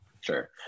sure